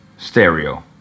Stereo